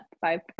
Five